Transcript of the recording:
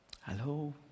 Hello